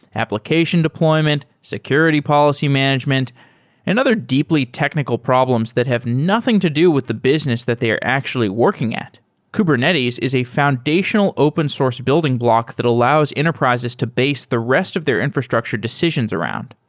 application deployment, security policy management and other deeply technical problems that have nothing to do with the business that they are actually working at kubernetes is a foundational open source building block that allows enterprises to base the rest of their infrastructure decisions decisions around.